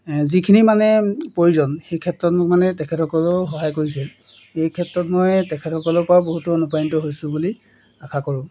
যিখিনি মানে প্ৰয়োজন সেই ক্ষেত্ৰত মোক মানে তেখেতসকলেও সহায় কৰিছে এই ক্ষেত্ৰত মই তেখেতসকলৰ পৰাও বহুতো অনুপ্ৰাণিত হৈছোঁ বুলি আশা কৰোঁ